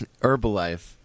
Herbalife